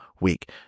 week